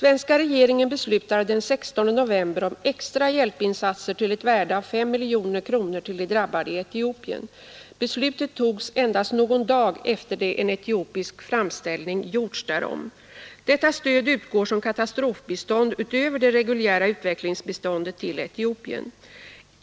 Svenska regeringen beslutade den 16 november om extra hjälpinsatser till ett värde av 5 miljoner kronor till de drabbade i Etiopien. Beslutet togs endast någon dag efter det en etiopisk framställning gjorts därom. Detta stöd utgår som katastrofbistånd utöver det reguljära utvecklingsbiståndet till Etiopien.